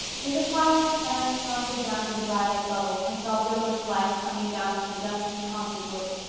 in the twilight anne sauntered down to the dryad's bubble and saw gilbert blythe coming down through the dusky haunted wood.